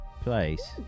place